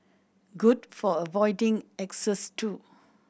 good for avoiding exes too